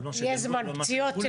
יש זמן פציעות.